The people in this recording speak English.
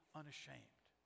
unashamed